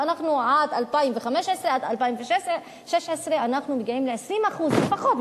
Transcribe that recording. או עד 2015 2016 אנחנו מגיעים ל-20% לפחות,